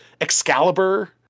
Excalibur